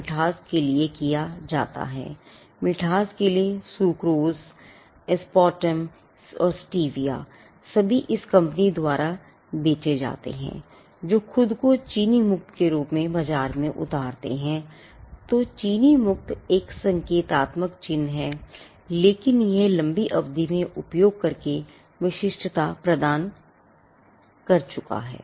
विशिष्टता भी संकेतात्मक चिह्न है लेकिन यह एक लंबी अवधि में उपयोग करके विशिष्टता प्राप्त कर चुका है